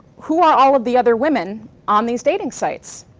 who are all of the other women on these dating sites?